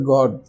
God